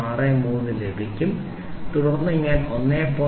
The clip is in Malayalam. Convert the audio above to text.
630 ലഭിക്കും തുടർന്ന് ഞാൻ 1